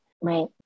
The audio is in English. Right